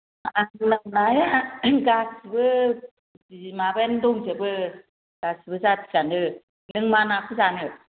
गासैबो माबायानो दंजोबो गासैबो जातियानो नों मा नाखौ जानो